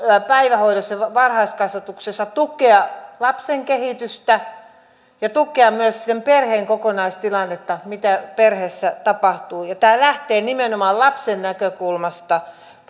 päivähoidossa ja varhaiskasvatuksessa tukea lapsen kehitystä ja myös tukea perheen kokonaistilannetta sitä mitä perheessä tapahtuu ja tämä lainsäädäntöesitys lähtee nimenomaan lapsen näkökulmasta